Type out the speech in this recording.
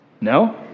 No